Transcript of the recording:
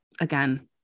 again